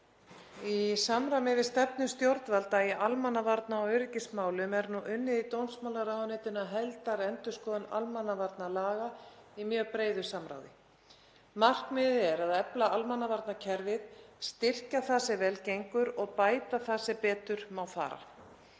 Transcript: Í samræmi við stefnu stjórnvalda í almannavarna- og öryggismálum er nú unnið í dómsmálaráðuneytinu að heildarendurskoðun almannavarnalaga í mjög breiðu samráði. Markmiðið er að efla almannavarnakerfið, styrkja það sem vel gengur og bæta það sem betur má fara.